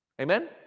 Amen